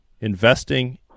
investing